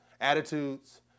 Attitudes